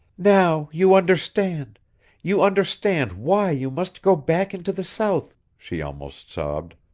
now you understand you understand why you must go back into the south, she almost sobbed.